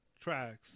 tracks